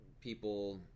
people